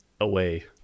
away